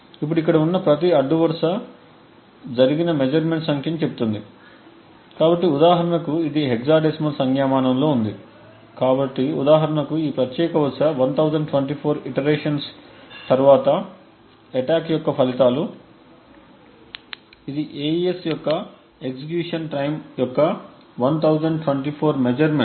ఇప్పుడు ఇక్కడ ఉన్న ప్రతి అడ్డు వరుస జరిగిన మెజర్మెంట్స్ సంఖ్యను చెబుతుంది కాబట్టి ఉదాహరణకు ఇది హెక్సాడెసిమల్ సంజ్ఞామానంలో ఉంది కాబట్టి ఉదాహరణకు ఈ ప్రత్యేక వరుస 1024 ఇటరేషన్ తర్వాత attack యొక్క ఫలితాలు ఇది AES యొక్క ఎగ్జిక్యూషన్ టైమ్ యొక్క 1024 మెజర్మెంట్స్